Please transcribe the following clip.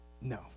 No